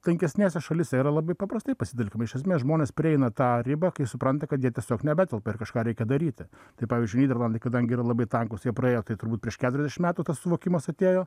tankesnėse šalyse yra labai paprastai pasitelkiama iš esmės žmonės prieina tą ribą kai supranta kad jie tiesiog nebetelpa ir kažką reikia daryti tai pavyzdžiui nyderlandai kadangi yra labai tankūs jie praėjo tai turbūt prieš keturiasdešimt metų tas suvokimas atėjo